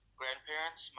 grandparents